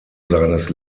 seines